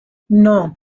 non